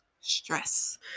Stress